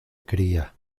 cría